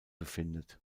befindet